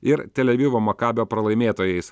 ir televivo makabio pralaimėtojais